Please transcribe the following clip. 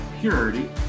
purity